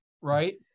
right